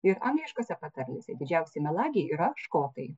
ir angliškose patarlėse didžiausi melagiai yra škotai